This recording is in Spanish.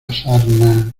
sarna